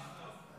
ממש לא.